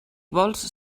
vols